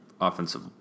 offensive